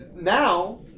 Now